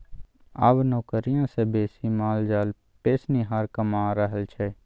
आब नौकरिया सँ बेसी माल जाल पोसनिहार कमा रहल छै